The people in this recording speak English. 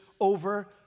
over